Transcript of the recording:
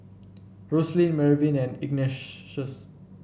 Roselyn Mervyn and Ignatius